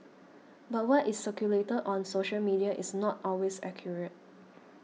but what is circulated on social media is not always accurate